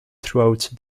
throughout